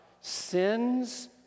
sins